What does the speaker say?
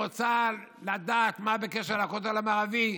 היא רוצה לדעת מה בקשר לכותל המערבי?